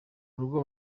urugo